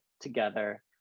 together